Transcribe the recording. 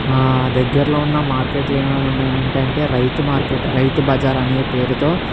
దగ్గరలో ఉన్న మార్కెట్లు ఏమేమి ఉన్నాయంటే రైతు మార్కెట్ రైతు బజార్ అనే పేరుతో